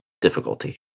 difficulty